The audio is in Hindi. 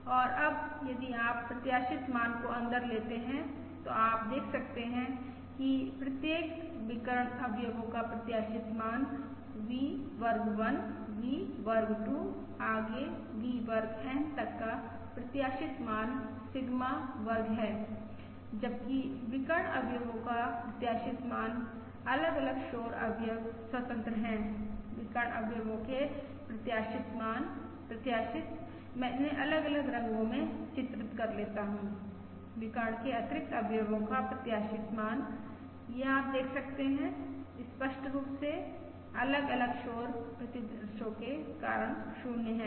और अब यदि आप प्रत्याशित मान को अंदर लेते हैं तो आप देख सकते हैं कि प्रत्येक विकर्ण अवयवो का प्रत्याशित मान V वर्ग 1 V वर्ग 2 आगे V वर्ग N तक का प्रत्याशित मान सिग्मा वर्ग है जबकि विकर्ण अवयवो का प्रत्याशित मान अलग अलग शोर अवयव स्वतंत्र हैं विकर्ण अवयवो के प्रत्याशित मान प्रत्याशित मैं इन्हे अलग अलग रंगों में चित्रित कर लेता हूँ विकर्ण के अतिरिक्त अवयवो का प्रत्याशित मान यह आप देख सकते हैं स्पष्ट रूप से अलग अलग शोर प्रतिदर्शो के कारण 0 है